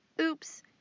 oops